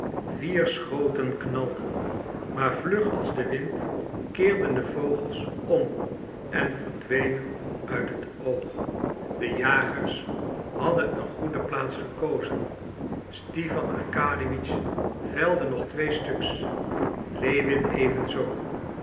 vier schoten knalden maar vlug als de wind keerden de vogels om en verdwenen uit het oog de jagers hadden een goede plaats gekozen stipan arkadiewitsch velde nog twee stuks lewin even zoo